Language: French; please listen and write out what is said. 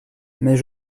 mais